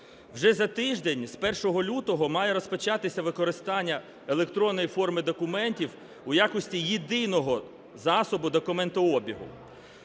Вже за тиждень, з 1 лютого має розпочатися використання електронної форми документів у якості єдиного засобу документообігу.